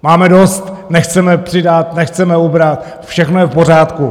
Máme dost, nechceme přidat, nechceme ubrat, všechno je v pořádku.